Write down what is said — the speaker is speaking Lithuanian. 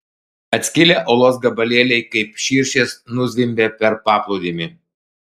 atskilę uolos gabalėliai kaip širšės nuzvimbė per paplūdimį